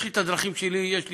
יש לי הדרכים שלי, יש לי.